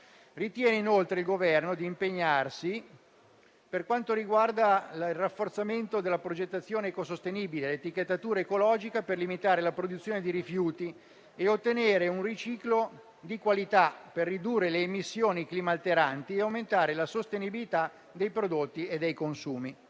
ritiene inoltre di impegnarsi per quanto riguarda il rafforzamento della progettazione ecosostenibile, l'etichettatura ecologica per limitare la produzione di rifiuti e ottenere un riciclo di qualità per ridurre le emissioni climalteranti e aumentare la sostenibilità dei prodotti e dei consumi.